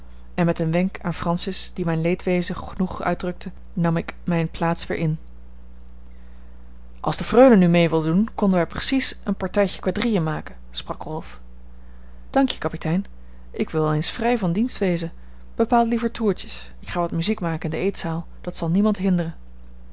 en met een wenk aan francis die mijn leedwezen genoeg uitdrukte nam ik mijne plaats weer in als de freule nu mee wilde doen konden wij precies een partijtje quadrille maken sprak rolf dankje kapitein ik wil wel eens vrij van dienst wezen bepaal liever toertjes ik ga wat muziek maken in de eetzaal dat zal niemand hinderen